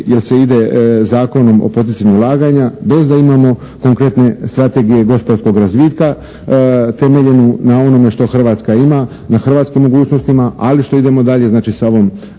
jer se ide Zakonom o poticanju ulaganja bez da imamo konkretne strategije gospodarskog razvitka temeljenu na onome što Hrvatska ima, na hrvatskim mogućnostima, ali što idemo dalje znači sa ovom